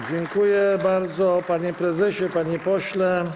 Dziękuję bardzo, panie prezesie, panie pośle.